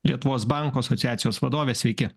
lietuvos bankų asociacijos vadovė sveiki